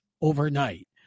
overnight